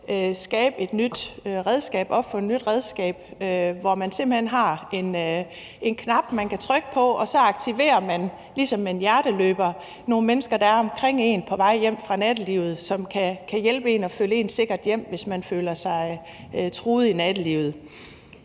skabe et nyt redskab, opfinde et nyt redskab, hvor man simpelt hen har en knap, man kan trykke på, og så aktiverer man – ligesom med hjerteløbere – nogle mennesker, der er omkring en, på vej hjem fra nattelivet, og som kan hjælpe en og følge en sikkert hjem, hvis man føler sig truet i nattelivet.